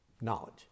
knowledge